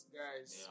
guys